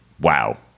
wow